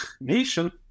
nation